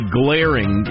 glaring